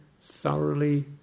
thoroughly